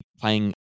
playing